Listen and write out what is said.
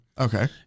Okay